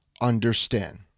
understand